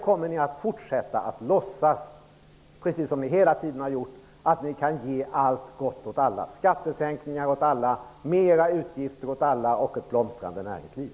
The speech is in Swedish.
Kommer ni att fortsätta att låtsas, precis som ni hela tiden har gjort, att ni kan ge allt gott åt alla, dvs. skattesänkningar åt alla, mera utgifter åt alla och ett blomstrande näringsliv?